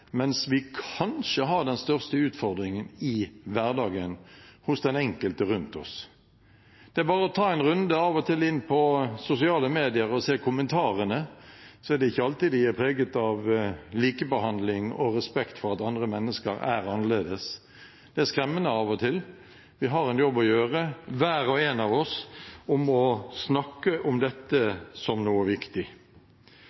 mens vi kanskje har den største utfordringen i hverdagen hos den enkelte rundt oss. Det er bare å ta en runde av og til inn på sosiale medier og se kommentarene, så ser man at det er ikke alltid at de er preget av likebehandling og respekt for at andre mennesker er annerledes. Det er skremmende av og til. Vi har en jobb å gjøre, hver og en av oss, når det gjelder å snakke om dette